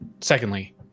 Secondly